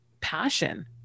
passion